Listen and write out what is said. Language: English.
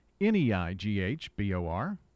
N-E-I-G-H-B-O-R